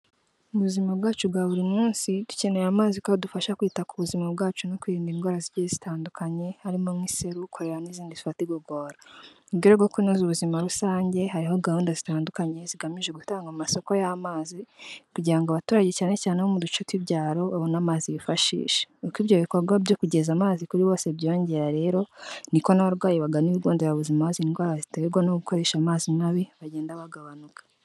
Mu buzima bwacu bwa buri munsi dukeneye amazi kuko adufasha kwita ku buzima bwacu no kwirinda indwara zigiye zitandukanye harimo nk'iseru, korera n'izindi zifata igogora. Mu rwego rwo kunoza ubuzima rusange hariho gahunda zitandukanye zigamije gutanga amasoko y'amazi kugira ngo abaturage cyane cyane abo mu duce tw'ibyaro babone amazi bifashisha. Uko ibyo bikorwa byo kugeza amazi kuri bose byiyongera rero niko n'abarwayi bagana ibigo nderabuzima bazira indwara ziterwa no gukoresha amazi mabi bagenda bagabanuka.